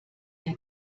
der